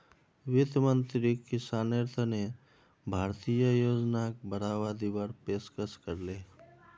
वित्त मंत्रीक किसानेर तने भारतीय योजनाक बढ़ावा दीवार पेशकस करले